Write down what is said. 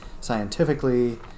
scientifically